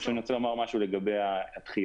אני רוצה לומר משהו לגבי הדחיות,